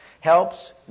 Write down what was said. helps